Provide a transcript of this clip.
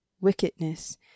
wickedness